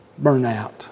burnout